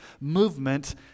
movement